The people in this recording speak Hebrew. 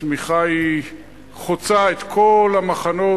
התמיכה חוצה את כל המחנות.